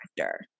actor